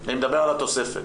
אני מדבר על התוספת.